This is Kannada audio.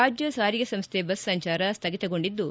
ರಾಜ್ಞ ಸಾರಿಗೆ ಸಂಸ್ಥೆ ಬಸ್ ಸಂಚಾರ ಸ್ಥಗಿತಗೊಂಡಿದ್ದು